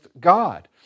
God